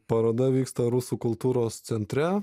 paroda vyksta rusų kultūros centre